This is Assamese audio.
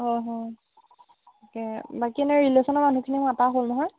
তাকে বাকী এনেই ৰিলেচনৰ মানুহখিনিক মতা হ'ল নহয়